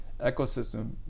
ecosystem